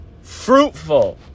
fruitful